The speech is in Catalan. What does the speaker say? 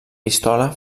pistola